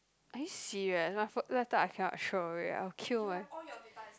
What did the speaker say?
are you serious my pho~ laptop I cannot throw away I'll kill my